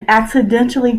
accidentally